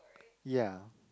ya